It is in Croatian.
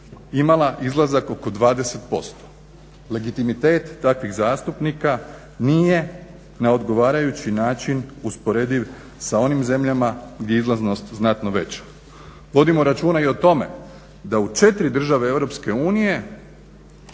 imala izlazak oko 20%. Legitimitet takvih zastupnika nije na odgovarajući način usporediv sa onim zemljama gdje je izlaznost znatno veća. Vodimo računa i o tome da u 4 države EU